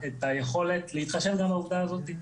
את היכולת להתחשב גם בעובדה הזאת.